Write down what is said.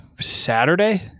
Saturday